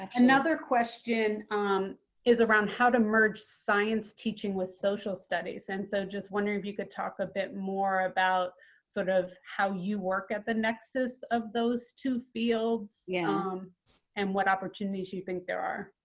another question um is around how to merge science teaching with social studies. and so just wondering if you could talk a bit more about sort of how you work at the nexus of those two fields yeah um and what opportunities you think there are.